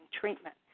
treatment